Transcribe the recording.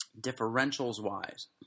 Differentials-wise